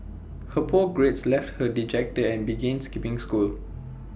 her poor grades left her dejected and began skipping school